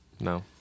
no